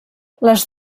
les